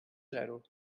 zero